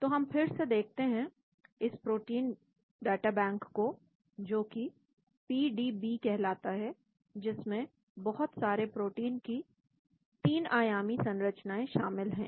तो हम फिर से देखते हैं इस प्रोटीन डाटा बैंक को जो कि पीडी बी कहलाता है जिसमें बहुत सारे प्रोटीन की 3 आयामी संरचनाएं शामिल है